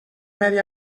medi